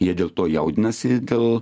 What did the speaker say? jie dėl to jaudinasi dėl